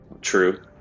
true